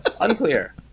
Unclear